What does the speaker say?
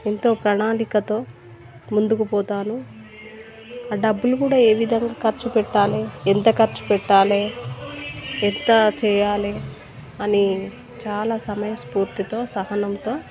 ఎంతో ప్రణాళికతో ముందుకు పోతాను డబ్బులు కూడా ఏ విధంగా ఖర్చు పెట్టాలి ఎంత ఖర్చు పెట్టాలి ఎంత చేయాలి అని చాలా సమయస్ఫూర్తితో సహనంతో